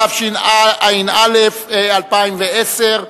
התשע"א 2010,